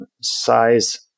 size